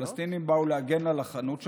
הפלסטינים באו להגן על החנות שלהם,